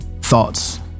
thoughts